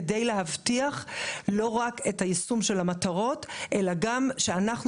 כדי להבטיח לא רק את יישום המטרות אלא גם שאנחנו